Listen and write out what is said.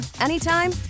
anytime